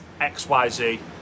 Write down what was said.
XYZ